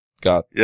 got